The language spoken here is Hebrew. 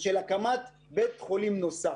להקמת בית חולים נוסף.